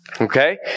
Okay